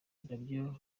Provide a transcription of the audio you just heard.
nabyo